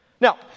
Now